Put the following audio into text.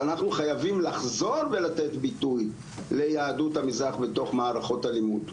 שאנחנו חייבים לחזור ולתת ביטוי ליהדות המזרח בתוך מערכות הלימוד,